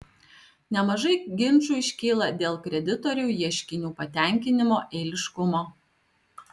nemažai ginčų iškyla dėl kreditorių ieškinių patenkinimo eiliškumo